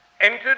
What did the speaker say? entered